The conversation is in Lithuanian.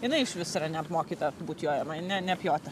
jinai iš vis yra neapmokyta būt jojama ne neapjota